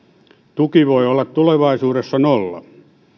tuki voi olla tulevaisuudessa nolla